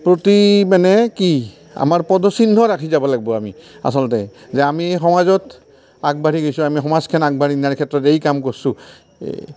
প্ৰতি মানে কি আমাৰ পদচিহ্ন ৰাখি যাব লাগিব আমি আচলতে যে আমি সমাজত আগবাঢ়ি গৈছোঁ আমি সমাজখন আগবাঢ়ি নিয়াৰ ক্ষেত্ৰত এই কাম কৰিছোঁ